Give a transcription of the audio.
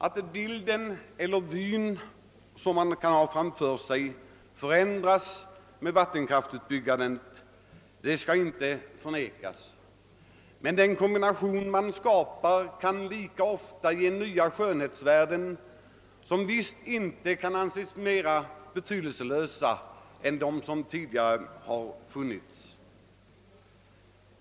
Att bilden eller vyn som man kan ha framför sig förändras med vattenkraftsutbyggandet skall inte förnekas. Men den kombination man skapar kan lika ofta ge nya skönhetsvärden som visst inte kan anses mera betydelselösa än de som tidigare har funnits.